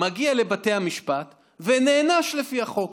הוא מגיע לבתי המשפט ונענש לפי החוק.